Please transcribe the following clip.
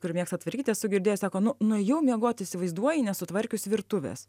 kuri mėgsta tvarkyti esu girdėjus sako nu nuėjau miegoti įsivaizduoji nesutvarkius virtuvės